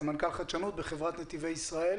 סמנכ"ל חדשנות בחברת נתיבי ישראל.